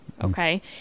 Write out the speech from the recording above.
Okay